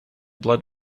blood